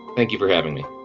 thank you for having me.